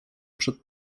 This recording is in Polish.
przed